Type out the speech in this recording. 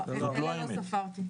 לא, אלה לא נספרו.